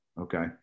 Okay